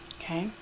Okay